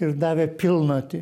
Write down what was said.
ir davė pilnatį